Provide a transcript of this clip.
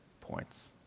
Points